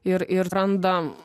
ir ir randa